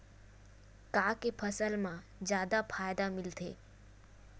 का के फसल मा जादा फ़ायदा मिलथे?